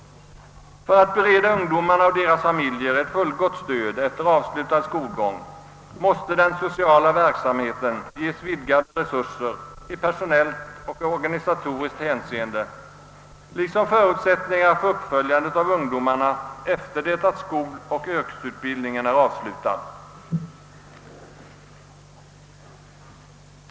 För att bereda ungdomarna och deras familjer ett fullgott stöd efter avslutad skolgång måste den sociala verksamheten ges vidgade resurser i personellt och organisatoriskt hänseende liksom förutsättningar för uppföljande av ungdomarna efter det att skoloch yrkesutbildningen är avslutad.